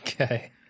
Okay